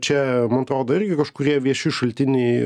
čia man atrodo irgi kažkurie vieši šaltiniai